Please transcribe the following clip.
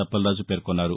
అప్పలరాజు పేర్కొన్నారు